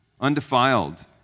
undefiled